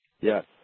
Yes